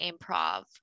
improv